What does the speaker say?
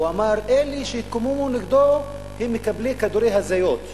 הוא אמר: אלה שהתקוממו נגדי הם מקבלי כדורי הזיות,